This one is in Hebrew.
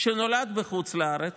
שנולד בחוץ לארץ,